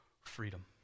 freedom